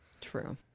True